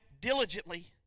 diligently